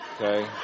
Okay